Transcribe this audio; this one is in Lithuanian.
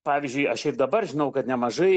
pavyzdžiui aš ir dabar žinau kad nemažai